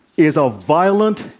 is a violent,